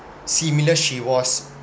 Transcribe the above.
similar she was